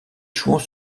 chouans